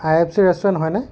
IFC restaurant হয়নে